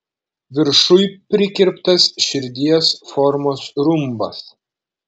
viršuj prikirptas širdies formos rumbas